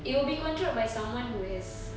it will be controlled by someone who has